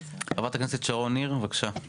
חברת הכנסת שרון ניר, בבקשה.